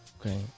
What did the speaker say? Okay